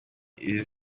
izi